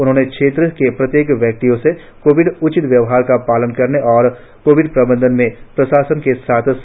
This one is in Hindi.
उन्होंने क्षेत्र के प्रत्येक व्यक्ति से कोविड उचित व्यवहार का पालन करने और कोविड प्रबंधन में प्रशासन के साथ सहयोग की अपील की